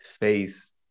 face